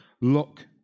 look